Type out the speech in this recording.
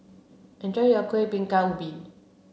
enjoy your Kueh Bingka Ubi